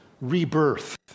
rebirth